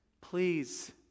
Please